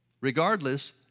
Regardless